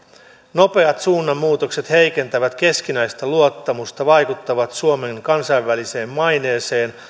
nopeat suunnanmuutokset heikentävät keskinäistä luottamusta vaikuttavat suomen kansainväliseen maineeseen